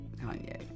Kanye